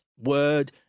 word